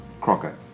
Crocker